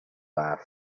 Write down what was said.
laugh